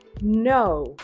no